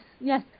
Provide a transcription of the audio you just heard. yes